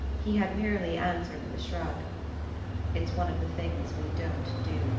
he had merely answered with a shrug it's one of the things we don't do